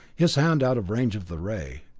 his hand out of range of the ray.